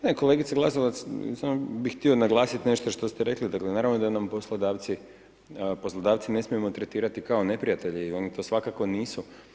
Ne, kolegice Glasovac samo bi htio naglasiti nešto što ste rekli, dakle naravno da nam poslodavci ne smijemo tretirati kao neprijatelje i oni to svakako nisu.